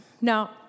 Now